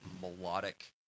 melodic